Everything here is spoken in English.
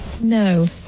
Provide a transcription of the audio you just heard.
no